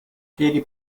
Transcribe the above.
piedi